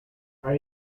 are